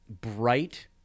bright